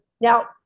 Now